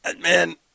Man